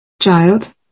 child